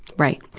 right.